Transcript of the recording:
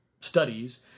studies